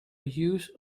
use